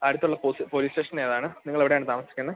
അടുത്തുള്ള പോലീസ് സ്റ്റേഷനേതാണ് നിങ്ങളെവിടെയാണ് താമസിക്കുന്നത്